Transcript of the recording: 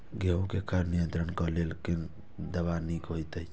गेहूँ क खर नियंत्रण क लेल कोन दवा निक होयत अछि?